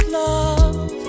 love